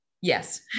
Yes